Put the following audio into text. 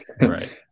Right